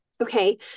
Okay